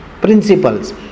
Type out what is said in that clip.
principles